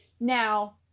Now